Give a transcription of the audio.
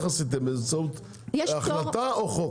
עשיתם באמצעות החלטה או חוק?